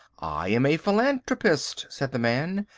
i am a philanthropist, said the man.